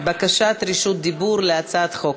בקשת רשות דיבור להצעת החוק.